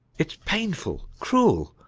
it's painful, cruel,